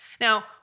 Now